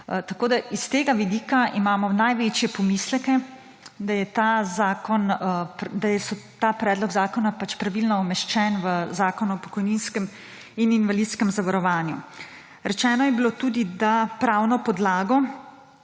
delo. S tega vidika imamo največje pomisleke, ali je ta zakon pravilno umeščen v Zakon o pokojninskem in invalidskem zavarovanju. Rečeno je bilo tudi, da pravno podlago